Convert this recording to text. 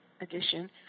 edition